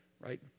right